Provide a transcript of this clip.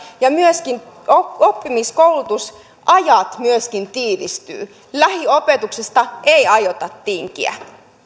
ja myöskin se että koulutusajat tiivistyvät lähiopetuksesta ei aiota tinkiä